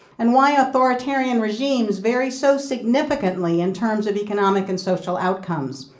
and why authoritarian regimes, very so significantly in terms of economic and social outcomes,